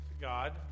God